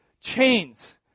chains